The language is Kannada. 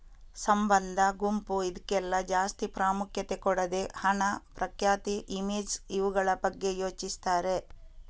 ಸಂಬಂಧ, ಗುಂಪು ಇದ್ಕೆಲ್ಲ ಜಾಸ್ತಿ ಪ್ರಾಮುಖ್ಯತೆ ಕೊಡದೆ ಹಣ, ಪ್ರಖ್ಯಾತಿ, ಇಮೇಜ್ ಇವುಗಳ ಬಗ್ಗೆ ಯೋಚಿಸ್ತಾರೆ